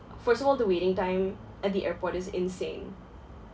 first of all the waiting time at the airport is insane